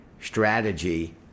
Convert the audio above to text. strategy